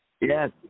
Yes